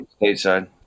stateside